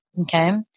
Okay